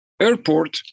Airport